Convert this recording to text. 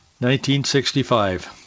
1965